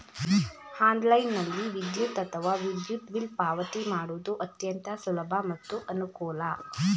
ಆನ್ಲೈನ್ನಲ್ಲಿ ವಿದ್ಯುತ್ ಅಥವಾ ವಿದ್ಯುತ್ ಬಿಲ್ ಪಾವತಿ ಮಾಡುವುದು ಅತ್ಯಂತ ಸುಲಭ ಮತ್ತು ಅನುಕೂಲ